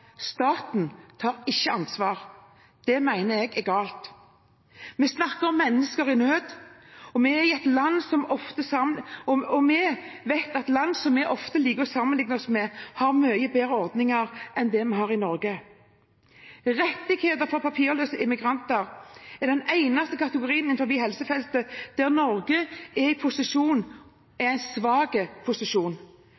Staten tar ikke ansvar. Det mener jeg er galt. Vi snakker om mennesker i nød. Vi vet at land som vi ofte liker å sammenligne oss med, har mye bedre ordninger enn det vi har i Norge. Når det gjelder rettigheter for papirløse migranter, er det den eneste kategorien innenfor helsefeltet der Norge er i en svak posisjon.